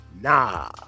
Nah